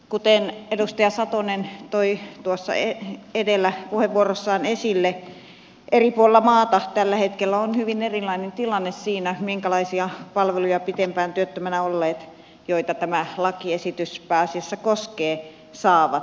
kuten edustaja satonen toi tuossa edellä puheenvuorossaan esille eri puolilla maata tällä hetkellä on hyvin erilainen tilanne siinä minkälaisia palveluja pitempään työttömänä olleet joita tämä lakiesitys pääasiassa koskee saavat